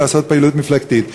כדי לעשות פעילות מפלגתית?